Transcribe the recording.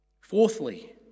Fourthly